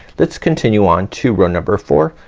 let's continue on to row number four.